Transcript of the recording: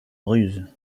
ruse